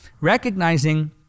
recognizing